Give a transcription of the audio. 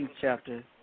chapter